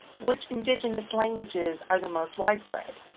which indigenous languages are the most widespread?